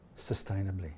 sustainably